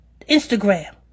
Instagram